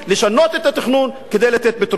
לשנות את התכנון כדי לתת פתרונות.